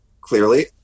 clearly